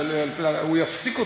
הוא יפסיק אותי.